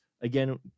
again